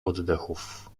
oddechów